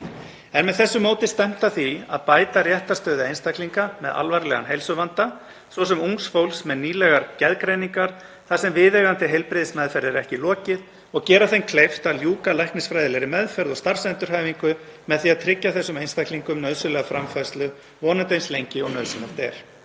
Er með þessu móti stefnt að því að bæta réttarstöðu einstaklinga með alvarlegan heilsuvanda, svo sem ungs fólks með nýlegar geðgreiningar þar sem viðeigandi heilbrigðismeðferð er ekki lokið, og gera þeim kleift að ljúka læknisfræðilegri meðferð og starfsendurhæfingu með því að tryggja þessum einstaklingum nauðsynlega framfærslu, vonandi eins lengi og nauðsynlegt er.